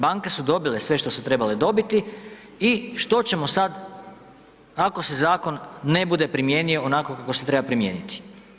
Banke su dobile sve što su trebale dobiti i što ćemo sad ako se zakon ne bude primijenio onako kako se treba primijeniti.